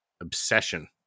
obsession